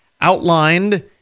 outlined